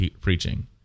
preaching